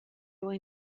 lur